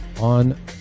on